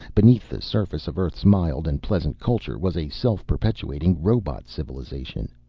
beneath the surface of earth's mild and pleasant culture was a self-perpetuating robot civilization.